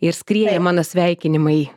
ir skrieja mano sveikinimai